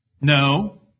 No